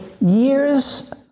years